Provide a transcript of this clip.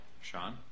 Sean